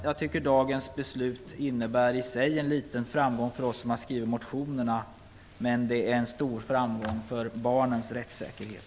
Jag tycker att dagens beslut i sig innebär en liten framgång för oss som har skrivit motionerna. Men det är en stor framgång för barnens rättssäkerhet.